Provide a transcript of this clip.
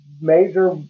major